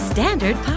Standard